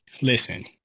listen